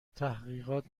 تحقیقات